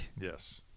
Yes